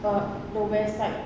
uh the west side